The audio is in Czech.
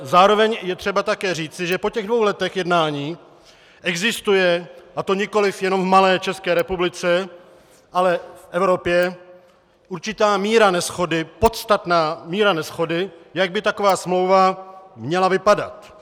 Zároveň ale je potřeba říci, že po těch dvou letech jednání existuje, a to nikoliv v malé České republice, ale i v Evropě, určitá míra neshody, podstatná míra neshody, jak by taková smlouva měla vypadat.